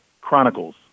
Chronicles